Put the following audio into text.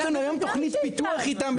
יש לנו היום תוכנית פיתוח איתם.